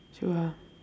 so ah